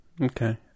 Okay